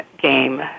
game